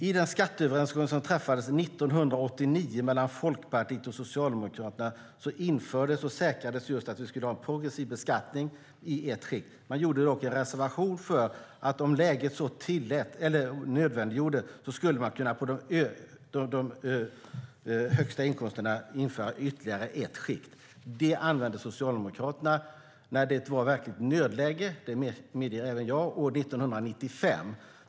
I den skatteöverenskommelse som träffades 1989 mellan Folkpartiet och Socialdemokraterna infördes och säkrades att det skulle vara en progressiv beskattning i ett skikt. Man reserverade sig dock för att om det var nödvändigt skulle man på de högsta inkomsterna införa ytterligare ett skikt. Det använde Socialdemokraterna när det var verkligt nödläge - det medger även jag - år 1995.